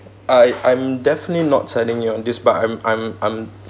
I I'm definitely not telling you on this but I'm I'm I'm